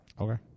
Okay